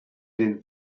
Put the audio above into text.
den